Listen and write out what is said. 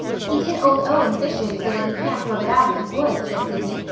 he did old owen fishing so that he can't rub it out if he would, said sydney.